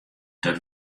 dat